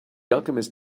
alchemist